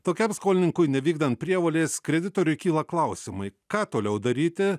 tokiam skolininkui nevykdant prievolės kreditoriui kyla klausimai ką toliau daryti